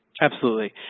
absolutely.